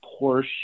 Porsche